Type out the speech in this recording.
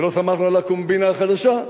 ולא שמחנו על הקומבינה החדשה,